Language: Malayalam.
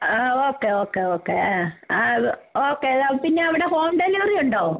ആ ഓക്കെ ഓക്കെ ഓക്കെ ആ ഓക്കെ പിന്നെ അവിടെ ഹോം ഡെലിവറി ഉണ്ടോ